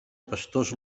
pastors